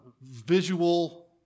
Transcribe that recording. visual